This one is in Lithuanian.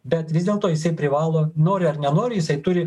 bet vis dėlto jisai privalo nori ar nenori jisai turi